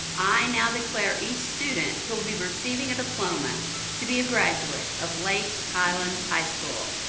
i now declare each student who will be receiving a diploma to be a graduate of lake highlands high school.